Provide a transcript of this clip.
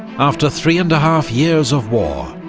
after three and a half years of war,